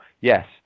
Yes